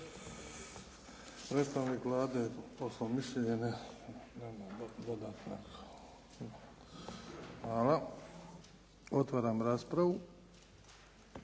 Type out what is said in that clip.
Hvala. Otvaram raspravu.